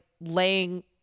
laying